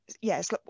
yes